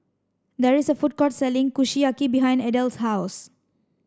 there is a food court selling Kushiyaki behind Adell's house